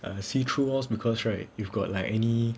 see through walls because right if got like any